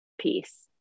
piece